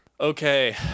Okay